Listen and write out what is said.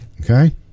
Okay